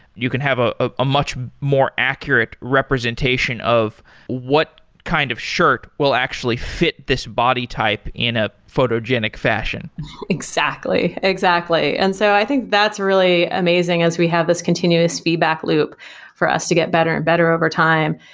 you can have ah ah a much more accurate representation of what kind of shirt will actually fit this body type in a photogenic fashion exactly, exactly. and so i think that's really amazing as we have this continuous feedback loop for us to get better and better over time.